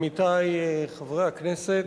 תודה רבה, עמיתי חברי הכנסת,